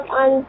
on